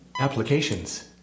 applications